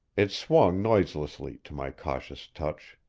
it swung noiselessly to my cautious touch.